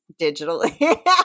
digitally